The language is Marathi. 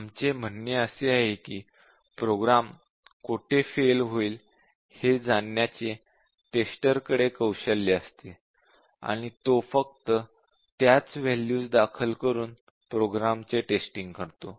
आमचे म्हणणे आहे की प्रोग्राम कोठे फेल होईल हे जाणण्याचे टेस्टर कडे कौशल्य असते आणि तो फक्त त्याच वॅल्यू दाखल करून प्रोग्राम चे टेस्टिंग करतो